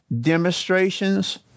demonstrations